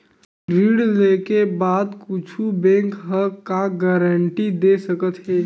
ऋण लेके बाद कुछु बैंक ह का गारेंटी दे सकत हे?